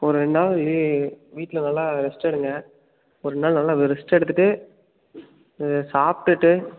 ஒரு ரெண்டு நாள் லீ வீட்டில் நல்லா ரெஸ்ட் எடுங்க ஒரு ரெண்டு நாள் நல்லா ரெஸ்ட் எடுத்துவிட்டு சாப்பிட்டுட்டு